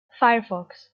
firefox